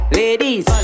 ladies